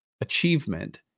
achievement